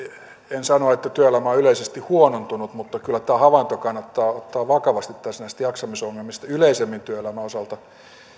en sano että työelämä on yleisesti huonontunut mutta kyllä kannattaa ottaa vakavasti tämä havainto näistä jaksamisongelmista yleisemmin työelämän osalta